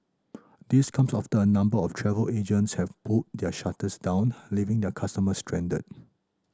this comes after a number of travel agents have pulled their shutters down leaving their customers stranded